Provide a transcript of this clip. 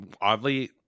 oddly